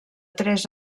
tres